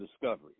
discovery